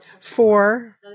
Four